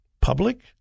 Public